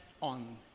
on